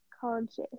Conscious